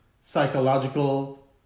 psychological